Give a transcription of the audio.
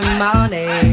money